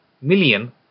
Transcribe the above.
million